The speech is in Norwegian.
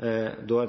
da